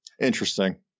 Interesting